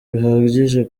bihagije